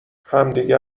همدیگه